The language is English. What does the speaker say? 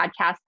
podcast